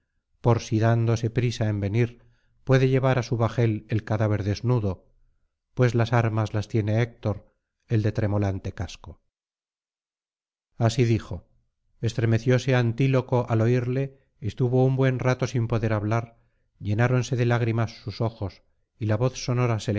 por si dándose en venir puede llevar á su bajel el cadáver desnudo pues las armas las tiene héctor el de tremolante casco así dijo estremecióse antíloco al oirle estuvo un buen rato sin poder hablar llenáronse de lágrimas sus ojos y la voz sonora se